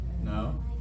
No